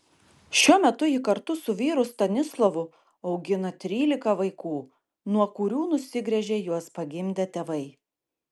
šiuo metu ji kartu su vyru stanislovu augina trylika vaikų nuo kurių nusigręžė juos pagimdę tėvai